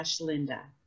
linda